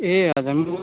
ए हजुर म